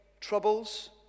troubles